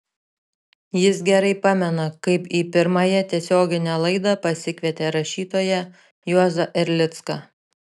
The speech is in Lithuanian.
jis gerai pamena kaip į pirmąją tiesioginę laidą pasikvietė rašytoją juozą erlicką